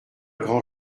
grand